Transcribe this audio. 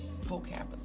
vocabulary